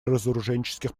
разоруженческих